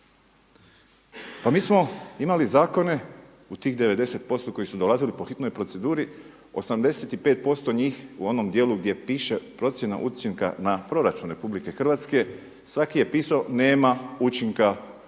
Pa mi smo imali zakone u tih 90% koji su dolazili po hitnoj proceduri 85% njih u onom dijelu gdje piše, procjena učinka na proračun RH, svaki je pisao nema učinka na